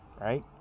right